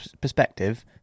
perspective